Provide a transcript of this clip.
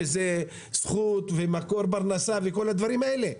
שזה זכות ומקור פרנסה וכל הדברים האלה.